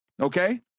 Okay